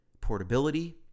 portability